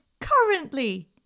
currently